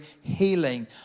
healing